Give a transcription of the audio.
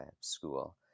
school